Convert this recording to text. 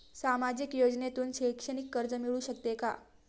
सामाजिक योजनेतून शैक्षणिक कर्ज मिळू शकते का?